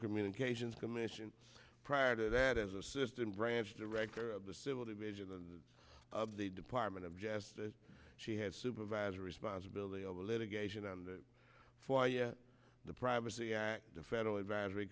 communications commission prior to that as assistant branch director of the civil division of the department of justice she had supervisor responsibility of litigation on the floor yet the privacy act the federal advisory